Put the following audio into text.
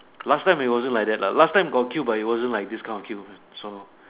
last time it wasn't like that lah last time got queue but it wasn't like these kind of queue so